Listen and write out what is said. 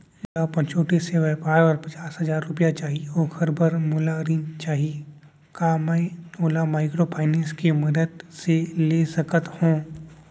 मोला अपन छोटे से व्यापार बर पचास हजार रुपिया चाही ओखर बर मोला ऋण चाही का मैं ओला माइक्रोफाइनेंस के मदद से ले सकत हो?